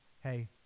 hey